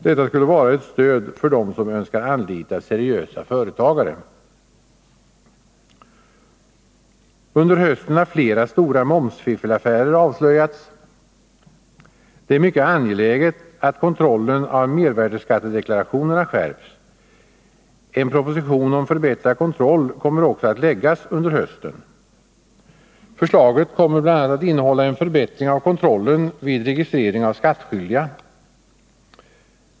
Detta skulle vara ett stöd för dem som önskar anlita seriösa företagare. Under hösten har flera stora momsfiffelaffärer avslöjats. Det är mycket angeläget att kontrollen av mervärdeskattedeklarationerna skärps. En proposition om förbättrad kontroll kommer också att läggas fram under hösten. Förslaget kommer bl.a. att innehålla en förbättring av kontrollen vid registrering av skattskyldiga.